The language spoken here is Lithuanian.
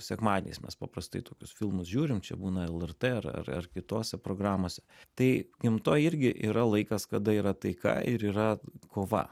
sekmadieniais mes paprastai tokius filmus žiūrim čia būna lrt ar ar ar kitose programose tai gamtoj irgi yra laikas kada yra taika ir yra kova